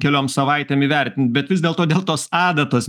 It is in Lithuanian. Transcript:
keliom savaitėm įvertint bet vis dėlto dėl tos adatos